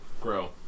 Grow